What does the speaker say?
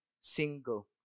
single